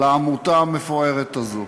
לעמותה המפוארת הזאת.